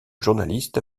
journaliste